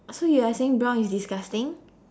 so you are saying brown is disgusting